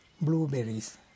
Blueberries